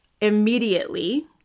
immediately